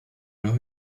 leur